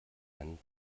einen